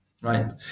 Right